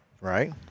right